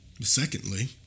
Secondly